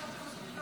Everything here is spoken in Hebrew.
מקשיבים לך